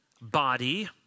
body